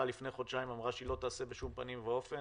לפני חודשיים אמרה שהיא לא תעשה בשום פנים ואופן,